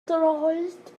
droed